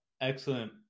excellent